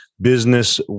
business